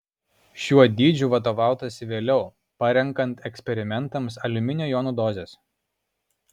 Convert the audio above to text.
šiuo dydžiu vadovautasi vėliau parenkant eksperimentams aliuminio jonų dozes